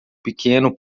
pequeno